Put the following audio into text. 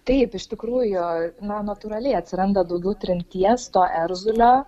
taip iš tikrųjų na natūraliai atsiranda daugiau trinties to erzulio